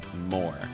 more